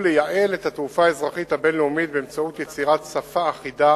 ולייעל את התעופה האזרחית הבין-לאומית באמצעות יצירת "שפה אחידה"